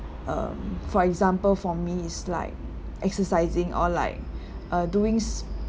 um for example for me is like exercising or like uh doing